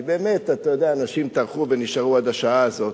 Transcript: כי באמת אנשים טרחו ונשארו עד השעה הזאת.